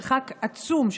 מרחק עצום,